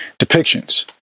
depictions